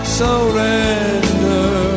surrender